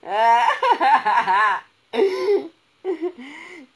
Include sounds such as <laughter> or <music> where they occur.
<laughs>